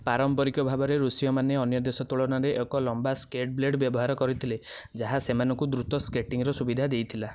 ପାରମ୍ପାରିକ ଭାବରେ ରୁଷୀୟମାନେ ଅନ୍ୟ ଦେଶ ତୁଳନାରେ ଏକ ଲମ୍ବା ସ୍କେଟ୍ ବ୍ଲେଡ୍ ବ୍ୟବହାର କରିଥିଲେ ଯାହା ସେମାନଙ୍କୁ ଦ୍ରୁତ ସ୍କେଟିଂର ସୁବିଧା ଦେଇଥିଲା